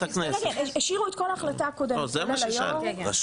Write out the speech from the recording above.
השאירו את כל ההחלטה הקודמת, כולל היו"ר.